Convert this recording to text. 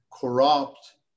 corrupt